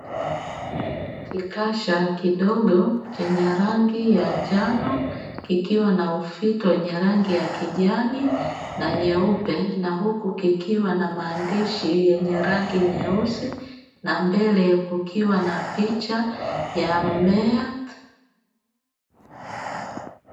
Kikasha kidogo chenye rangi ya njano, kikiwa na ufito wenye rangi ya kijani na nyeupe na huku kikiwa na maandishi yenye rangi nyeusi na mbele kukiwa na picha ya mmea.